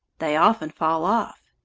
they often fall off.